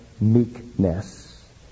meekness